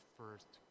first